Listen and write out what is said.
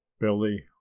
Billy